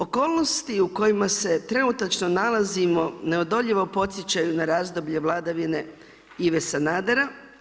Okolnosti u kojima se trenutno nalazimo neodoljivo podsjećaju na razdoblje vladavine Ive Sanadera.